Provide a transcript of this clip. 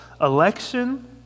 election